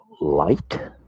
Light